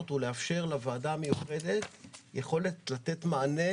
הוא לאפשר לוועדה המיוחדת יכולת לתת מענה